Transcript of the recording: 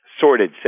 Sorted